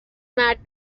مرد